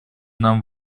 нам